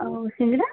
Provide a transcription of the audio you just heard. ଆଉ ସିଙ୍ଗଡ଼ା